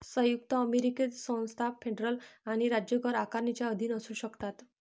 संयुक्त अमेरिकेतील संस्था फेडरल आणि राज्य कर आकारणीच्या अधीन असू शकतात